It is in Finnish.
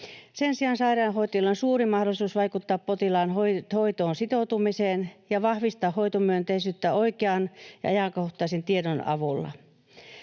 Sen sijaan sairaanhoitajilla on suuri mahdollisuus vaikuttaa potilaan hoitoon sitoutumiseen ja vahvistaa hoitomyönteisyyttä oikean ja ajankohtaisen tiedon avulla.